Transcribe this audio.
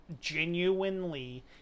genuinely